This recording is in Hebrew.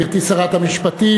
גברתי שרת המשפטים,